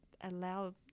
allow